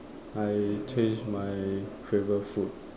I change my favorite food